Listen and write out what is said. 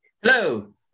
Hello